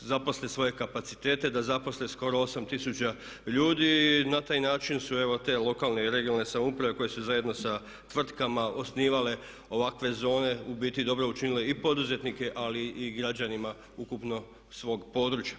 zaposle svoje kapacitete, da zaposle skoro 8 tisuća ljudi i na taj način su evo te lokalne i regionalne samouprave koje su zajedno sa tvrtkama osnivale ovakve zone u biti dobro učinile i poduzetnike ali i građanima ukupno svog područja.